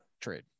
trade